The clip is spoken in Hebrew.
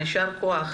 יישר כח.